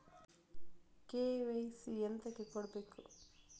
KYC ಎಂತಕೆ ಕೊಡ್ಬೇಕು?